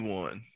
one